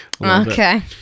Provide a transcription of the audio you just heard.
Okay